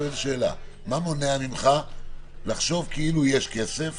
מה מונע ממך לחשוב כאילו יש כסף